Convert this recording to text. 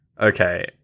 Okay